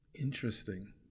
Interesting